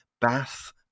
bath